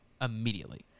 immediately